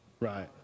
Right